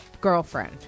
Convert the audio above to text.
girlfriend